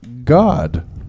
God